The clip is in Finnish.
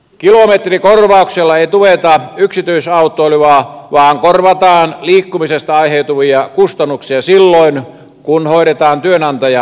kilometrikorvauksilla ei tueta yksityisautoilua vaan korvataan liikkumisesta aiheutuvia kustannuksia silloin kun hoidetaan työnantajan asioita